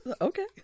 Okay